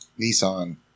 Nissan